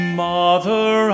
mother